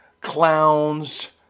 clowns